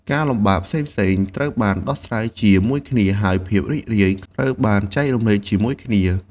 ការលំបាកផ្សេងៗត្រូវបានដោះស្រាយជាមួយគ្នា ហើយភាពរីករាយត្រូវបានចែករំលែកជាមួយគ្នា។